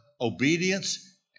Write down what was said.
obedience